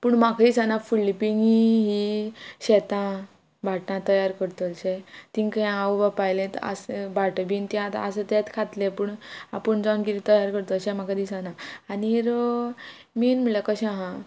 पूण म्हाका दिसना फुडली पिळगी ही शेतां भाटां तयार करतलेशें तिंकां हें आवय बापाय आयलें आस भाट बीन तें आतां आस तेंत खातले पूण आपूण जावन कितें तयार करत अशें म्हाका दिसना आनीक मेन म्हळ्यार कशें हा